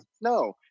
No